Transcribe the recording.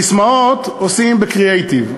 ססמאות עושים בקריאטיב.